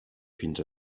fins